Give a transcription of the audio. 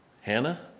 Hannah